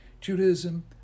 Judaism